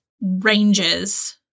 ranges